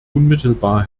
unmittelbar